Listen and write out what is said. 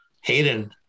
Hayden